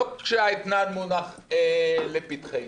לא כשהאתנן מונח לפתחנו.